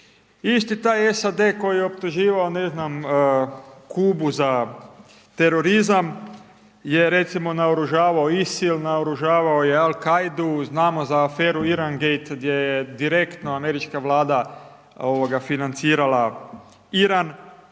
Isti taj SAD koji je optuživao ne znam Kubu za terorizam je recimo naoružavao Isil, naoružavao je Al Kaidu, znamo za aferu „Irangate“ gdje je direktno Američka vlada financirala Iran